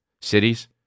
cities